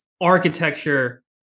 architecture